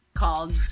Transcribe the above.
Called